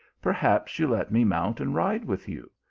perhaps you ll let me mount and ride with you.